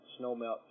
snowmelt